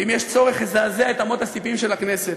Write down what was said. ואם יש צורך אזעזע את אמות הספים של הכנסת.